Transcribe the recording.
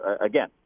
again